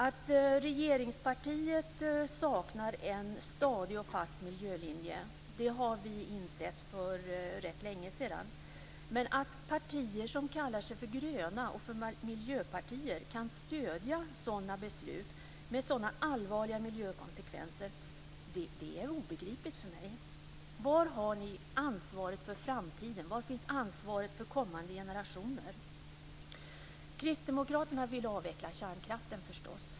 Att regeringspartiet saknar en stadig och fast miljölinje har vi insett för rätt länge sedan, men att partier som kallar sig för gröna och miljöpartier kan stödja beslut med sådana allvarliga miljökonsekvenser är obegripligt för mig. Var har ni ansvaret för framtiden? Var finns ansvaret för kommande generationer? Kristdemokraterna vill förstås avveckla kärnkraften.